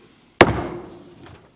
tänään b